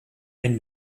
ein